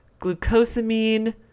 glucosamine